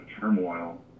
turmoil